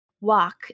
walk